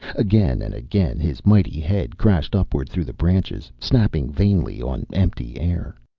again and again his mighty head crashed upward through the branches, snapping vainly on empty air.